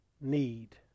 need